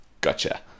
Gotcha